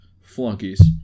flunkies